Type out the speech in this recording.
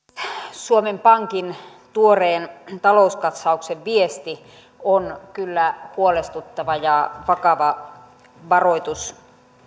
suomen pankin tuoreen talouskatsauksen viesti on kyllä huolestuttava ja vakava varoitus